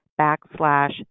backslash